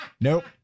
Nope